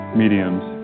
mediums